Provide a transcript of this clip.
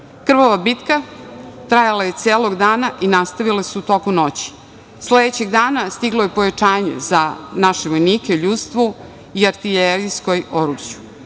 bitka, tajala je celog dana i nastavila se u toku noći. Sledećeg dana, stiglo je pojačanje za naše vojnike, u ljudstvu, i artiljerijskom